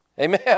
Amen